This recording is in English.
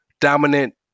dominant